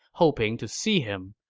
hoping to see him.